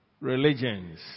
religions